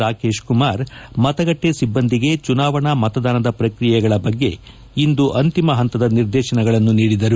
ರಾಕೇಶ್ ಕುಮಾರ್ ಮತಗಟ್ಟೆ ಸಿಬ್ಬಂದಿಗೆ ಚುನಾವಣಾ ಮತದಾನದ ಪ್ರಕ್ರಿಯೆಗಳ ಬಗ್ಗೆ ಇಂದು ಅಂತಿಮ ಹಂತದ ನಿರ್ದೇಶನಗಳನ್ನು ನೀಡಿದರು